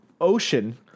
ocean